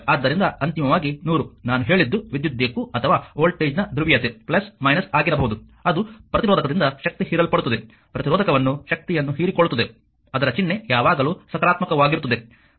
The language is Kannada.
ಆದ್ದರಿಂದ ಅಂತಿಮವಾಗಿ 100 ನಾನು ಹೇಳಿದ್ದು ವಿದ್ಯುತ್ ದಿಕ್ಕು ಅಥವಾ ವೋಲ್ಟೇಜ್ನ ಧ್ರುವೀಯತೆ ಆಗಿರಬಹುದು ಅದು ಪ್ರತಿರೋಧಕದಿಂದ ಶಕ್ತಿ ಹೀರಲ್ಪಡುತ್ತದೆ ಪ್ರತಿರೋಧಕವನ್ನು ಶಕ್ತಿಯನ್ನು ಹೀರಿಕೊಳ್ಳುತ್ತದೆ ಅದರ ಚಿಹ್ನೆ ಯಾವಾಗಲೂ ಸಕಾರಾತ್ಮಕವಾಗಿರುತ್ತದೆ